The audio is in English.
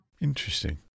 Interesting